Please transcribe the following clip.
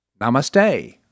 Namaste